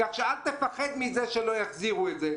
כך שאל תפחד מזה שלא יחזירו את זה.